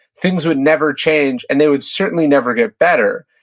things would never change, and they would certainly never get better.